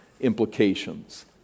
implications